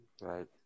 right